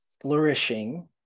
flourishing